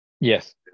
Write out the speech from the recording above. Yes